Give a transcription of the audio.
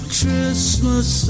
Christmas